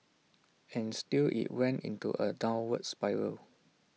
and still IT went into A downward spiral